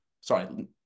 Sorry